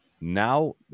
now